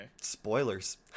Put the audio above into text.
spoilers